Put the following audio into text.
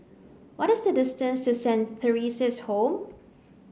what is the distance to Saint Theresa's Home